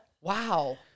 Wow